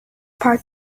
park